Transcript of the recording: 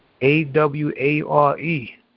A-W-A-R-E